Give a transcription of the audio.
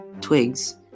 Twigs